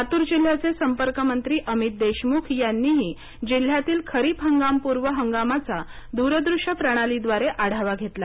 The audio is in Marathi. लातूर जिल्ह्याचे संपर्क मंत्री अमित देशमुख यांनीही जिल्ह्यातील खरीप हंगामपूर्व हंगामाचा दूरदृश्य प्रणालीद्वारे आढावा घेतला